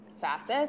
facets